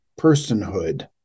personhood